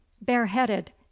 bareheaded